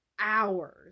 hours